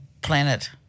planet